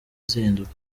zihinduka